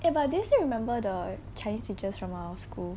eh but do you still remember the chinese teachers from our school